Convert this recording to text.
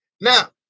Now